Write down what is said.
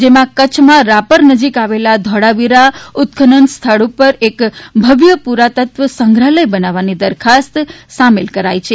જેમાં કચ્છમાં રાપર નજીક આવેલા ધોળાવીરા ઉત્ખનન સ્થળ ઉપર એક ભવ્ય પુરાતત્વ સંગ્રહાલય બનાવવાની દરખાસ્ત બજેટ માં સામેલ કરાઇ છે